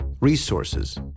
resources